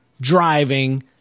driving